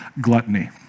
gluttony